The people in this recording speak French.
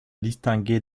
distinguer